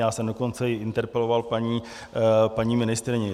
Já jsem dokonce i interpeloval paní ministryni.